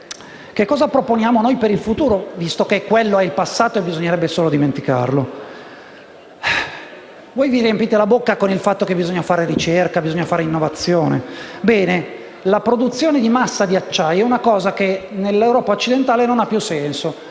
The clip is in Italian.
Cosa proponiamo noi per il futuro, visto che quello è il passato e bisognerebbe solo dimenticarlo? Voi vi riempite la bocca con il fatto che bisogna fare ricerca e innovazione. Bene, la produzione di massa di acciaio è una cosa che nell'Europa occidentale non ha più senso.